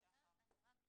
אני רק